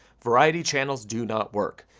variety channels do not work.